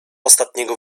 ostatniego